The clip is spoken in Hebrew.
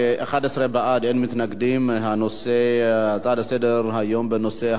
ההצעה לסדר-היום בנושא: השחתת רכוש בנווה-שלום,